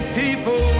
people